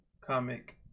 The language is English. comic